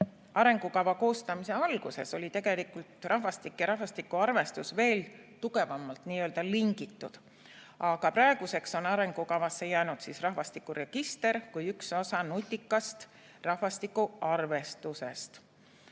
arengukava koostamise alguses olid rahvastik ja rahvastikuarvestus veel tugevamalt nii-öelda lingitud, aga praeguseks on arengukavasse jäänud rahvastikuregister kui üks osa nutikast rahvastikuarvestusest